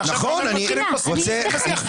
ועכשיו כולם מתחילים בשיח.